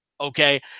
okay